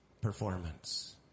performance